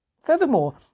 Furthermore